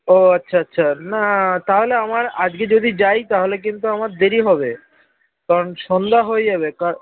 ও আচ্ছা আচ্ছা না তাহলে আমার আজকে যদি যাই তাহলে কিন্তু আমার দেরি হবে কারণ সন্ধ্যা হয়ে যাবে কার